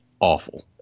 awful